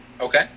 Okay